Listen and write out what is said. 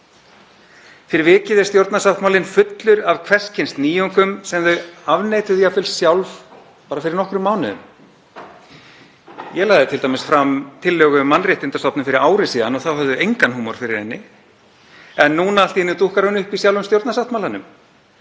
Fyrir vikið er stjórnarsáttmálinn fullur af hvers kyns nýjungum sem þau afneituðu jafnvel sjálf bara fyrir nokkrum mánuðum. Ég lagði t.d. fram tillögu um mannréttindastofnun fyrir ári og þá höfðu þau engan húmor fyrir henni en nú allt í einu dúkkar hún upp í sjálfum stjórnarsáttmálanum.